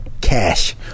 cash